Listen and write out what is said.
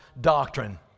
doctrine